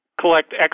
collect